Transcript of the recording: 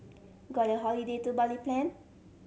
got a holiday to Bali planned